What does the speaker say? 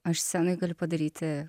aš scenoj galiu padaryti